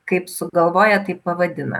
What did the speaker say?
kaip sugalvoja taip pavadina